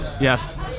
Yes